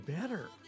better